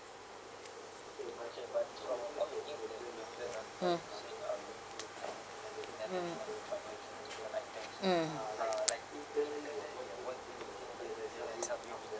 mm mm mm